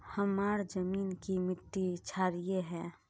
हमार जमीन की मिट्टी क्षारीय है?